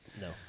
no